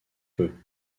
peu